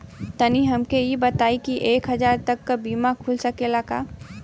तनि हमके इ बताईं की एक हजार तक क बीमा खुल सकेला का?